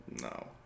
No